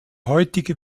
heutige